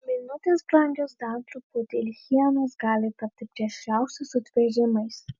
minutės brangios dar truputį ir hienos gali tapti plėšriausiais sutvėrimais